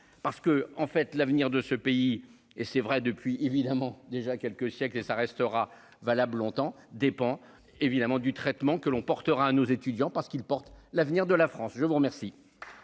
Parce que en fait l'avenir de ce pays et c'est vrai depuis évidemment déjà quelques siècles et ça restera valable longtemps dépend évidemment du traitement que l'on portera nos étudiants parce qu'il porte l'avenir de la France, je vous remercie.